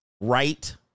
Right